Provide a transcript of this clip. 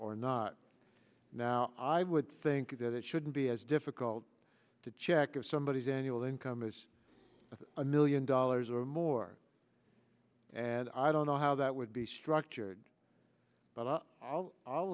or not now i would think that it should be as difficult to check or somebodies annual income as a million dollars or more and i don't know how that would be structured but i'll